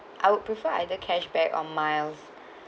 I would prefer either cash back or miles